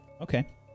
Okay